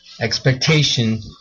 expectation